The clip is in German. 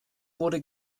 wurde